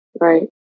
Right